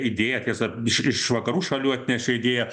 idėją tiesa iš iš vakarų šalių atnešė idėją